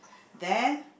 then